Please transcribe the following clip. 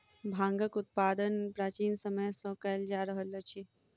भांगक उत्पादन प्राचीन समय सॅ कयल जा रहल अछि